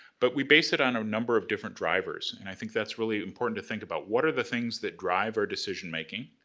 but we base it on a number of different drivers and i think that's really important to think about. what are the things that drive our decision making?